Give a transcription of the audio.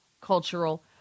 cultural